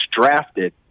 drafted